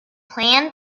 plan